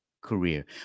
career